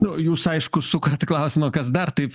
nu jūs aišku sukat klausimą kas dar taip